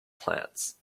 plants